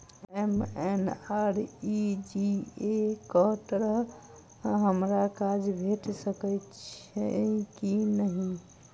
MNREGA कऽ तहत हमरा काज भेट सकय छई की नहि?